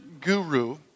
guru